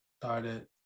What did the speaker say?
started